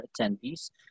attendees